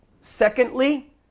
secondly